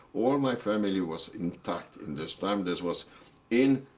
all my family was intact in this time. this was in